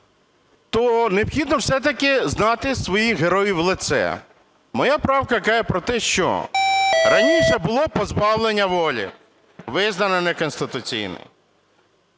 то необхідно все-таки знати своїх героїв в лице. Моя правка каже про те, що раніше було позбавлення волі, визнано неконституційним.